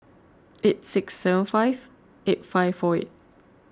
eight six seven five eight five four eight